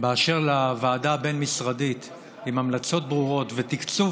באשר לוועדה הבין-משרדית עם המלצות ברורות ותקצוב